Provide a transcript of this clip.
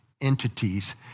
entities